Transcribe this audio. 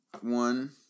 one